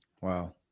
Wow